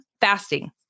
fasting